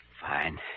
Fine